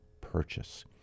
purchase